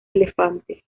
elefante